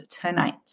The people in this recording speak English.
tonight